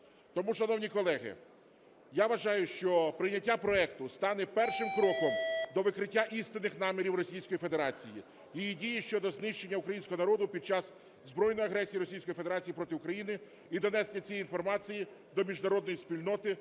Тому, шановні колеги, я вважаю, що прийняття проекту стане першим кроком до викриття істинних намірів Російської Федерації і її дії щодо знищення українського народу під час збройної агресії Російської Федерації проти України, і донесення цієї інформації до міжнародної спільноти